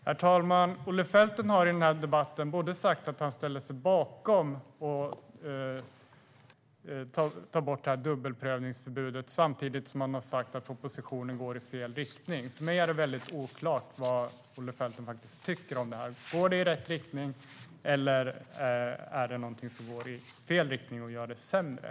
Herr talman! Olle Felten har i den här debatten sagt att han ställer sig bakom att dubbelprövningsförbudet ska tas bort samtidigt som han sagt att propositionen går i fel riktning. För mig är det oklart vad Olle Felten faktiskt tycker om förslaget. Går det i rätt riktning eller går det i fel riktning och gör det hela sämre?